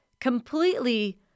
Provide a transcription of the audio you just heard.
completely